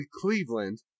Cleveland